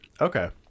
Okay